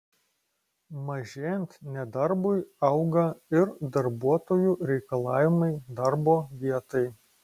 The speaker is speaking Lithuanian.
mažėjant nedarbui auga ir darbuotojų reikalavimai darbo vietai